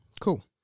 cool